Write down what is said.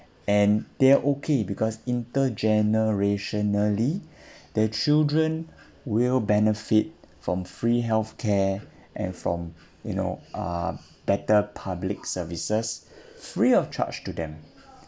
and they okay because intergenerationally the children will benefit from free health care and from you know uh better public services free of charge to them